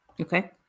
Okay